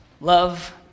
love